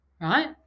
right